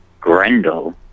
Grendel